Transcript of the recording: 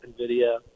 NVIDIA